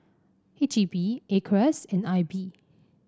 H E B A C R E S and I B